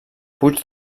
puig